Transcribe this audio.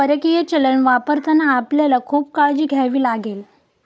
परकीय चलन वापरताना आपल्याला खूप काळजी घ्यावी लागेल